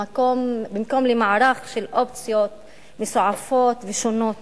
במקום למערך של אופציות מסועפות ושונות